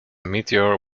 meteor